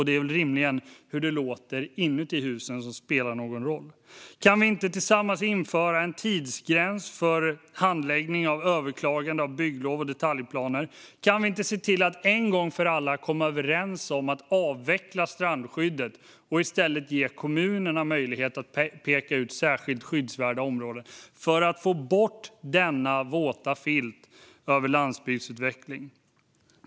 Det är rimligen hur det låter inne i husen som spelar roll. Kan vi inte tillsammans införa en tidsgräns för handläggning av överklaganden av bygglov och detaljplaner? Kan vi inte se till att en gång för alla komma överens om att avveckla strandskyddet och i stället ge kommunerna möjlighet att peka ut särskilt skyddsvärda områden? Då skulle vi få bort den våta filt som ligger över landsbygdsutvecklingen.